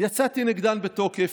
יצאתי נגדן בתוקף,